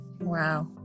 Wow